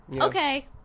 Okay